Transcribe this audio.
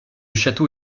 château